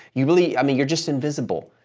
you really. i mean, you're just invisible.